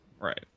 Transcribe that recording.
right